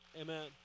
Amen